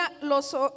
los